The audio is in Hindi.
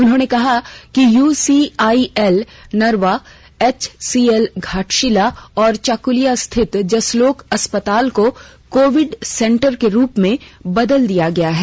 उन्होंने कहा कि यूसीआईएल नरवा एचसीएल घाटशिला और चाकुलिया स्थित जसलोक अस्पताल को कोविड सेंटर में बदल दिया गया है